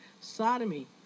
sodomy